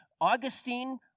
Augustine